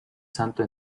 santo